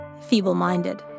feeble-minded